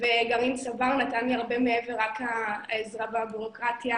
גרעין "צבר" נתן לי הרבה מעבר לעזרה בבירוקרטיה.